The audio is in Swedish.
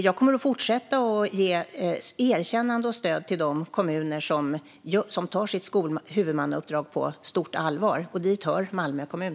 Jag kommer att fortsätta att ge erkännande och stöd till de kommuner som tar sitt huvudmannauppdrag på stort allvar. Dit hör Malmö kommun.